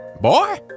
boy